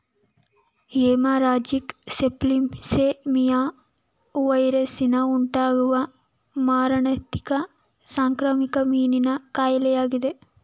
haemorrhagic septicaemia ವೈರಸ್ನಿಂದ ಉಂಟಾಗುವ ಮಾರಣಾಂತಿಕ ಸಾಂಕ್ರಾಮಿಕ ಮೀನಿನ ಕಾಯಿಲೆಯಾಗಿದೆ